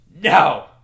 No